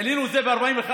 העלינו את זה ב-40%;